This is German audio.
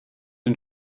den